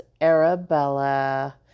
Arabella